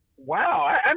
Wow